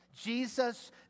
Jesus